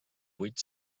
vuit